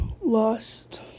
lost